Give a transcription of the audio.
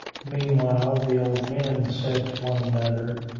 meanwhile, the old men said to one another,